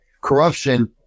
corruption